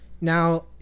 now